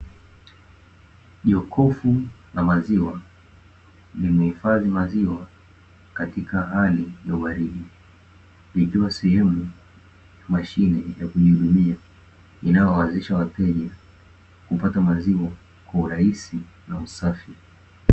Jokofu la maziwa, limehifadhi maziwa katika hali ya ubaridi, likiwa sehemu, mashine ya kujirudia inayowezesha wateja kupata maziwa kwa urahisi na usafi.